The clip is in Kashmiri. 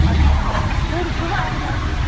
اچھا شُر چھُوٕ اٮ۪وٕلیبٕل